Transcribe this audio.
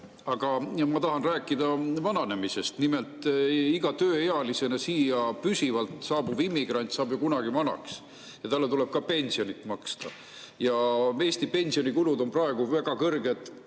Aga ma tahan rääkida vananemisest. Nimelt, iga tööealisena siin püsivalt elama asuv immigrant saab ju kunagi vanaks ja talle tuleb ka pensioni maksta. Eesti pensionikulud on praegu väga suured